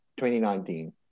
2019